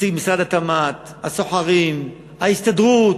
נציג משרד התמ"ת, הסוחרים, ההסתדרות,